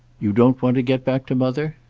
you don't want to get back to mother?